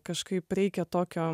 kažkaip reikia tokio